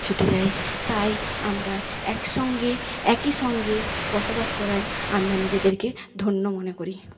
ছুটে যায় তাই আমরা একসঙ্গে একইসঙ্গে বসবাস করাই আমরা নিজেদেরকে ধন্য মনে করি